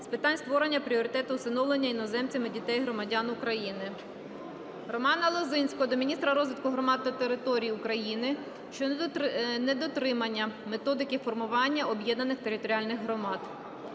з питань створення пріоритету усиновлення іноземцями дітей-громадян України. Романа Лозинського до міністра розвитку громад та територій України щодо недотримання методики формування об'єднаних територіальних громад.